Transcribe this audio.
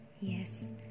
Yes